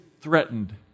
threatened